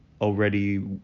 already